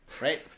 right